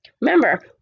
Remember